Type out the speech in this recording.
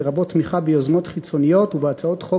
לרבות תמיכה ביוזמות חיצוניות ובהצעות חוק